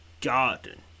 Garden